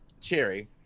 Cherry